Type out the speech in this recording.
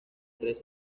tres